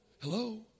Hello